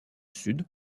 sud